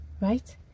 Right